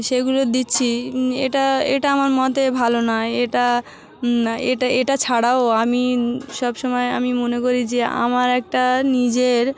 সেগুলো দিচ্ছি এটা এটা আমার মতে ভালো নয় এটা এটা এটা ছাড়াও আমি সবসময় আমি মনে করি যে আমার একটা নিজের